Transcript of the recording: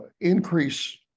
increase